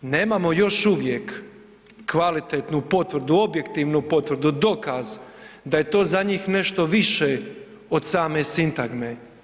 Nemamo još uvijek kvalitetnu potvrdu, objektivnu potvrdu, dokaz da je to za njih nešto više od same sintagme.